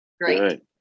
Great